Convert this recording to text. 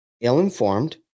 ill-informed